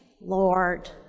Lord